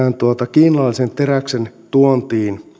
kiinalaisen teräksen tuontiin